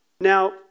Now